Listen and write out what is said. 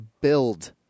build